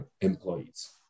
employees